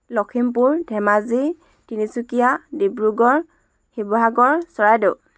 Lakhimpur Dhemaji Tinsukia Dibrugarh Sivasagar Charaideo